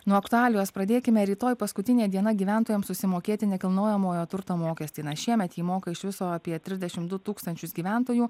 nuo aktualijos pradėkime rytoj paskutinė diena gyventojams susimokėti nekilnojamojo turto mokestį na šiemet jį moka iš viso apie trisdešim du tūkstančius gyventojų